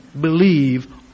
believe